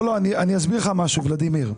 לא אני אסביר לך משהו ולדימיר.